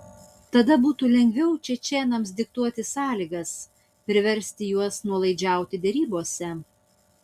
tada būtų lengviau čečėnams diktuoti sąlygas priversti juos nuolaidžiauti derybose